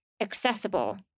accessible